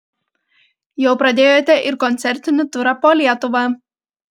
jau pradėjote ir koncertinį turą po lietuvą